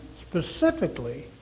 specifically